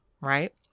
right